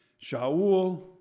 Shaul